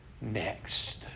next